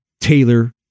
Taylor